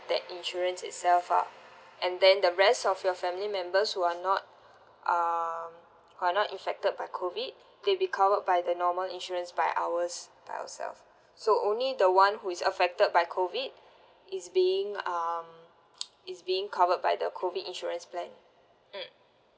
that insurance itself ah and then the rest of your family members who are not um who are not infected by COVID they'll be covered by the normal insurance by ours by ourselves so only the [one] who is affected by COVID is being um is being covered by the COVID insurance plan mm